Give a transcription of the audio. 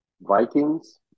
Vikings